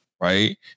right